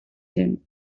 din